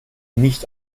nicht